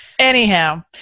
anyhow